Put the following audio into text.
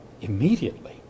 immediately